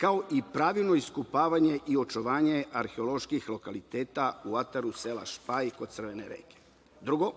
kao i pravilno iskopavanje i očuvanje arheoloških lokaliteta u ataru sela Špaj kod Crvene reke. Drugo,